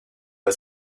was